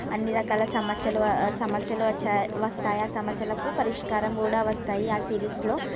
అన్నీ రకాల సమస్యలు సమస్యలు వచ్చాయి వస్తాయి ఆ సమస్యలకు పరిష్కారం కూడా వస్తాయి ఆ సిరీస్లో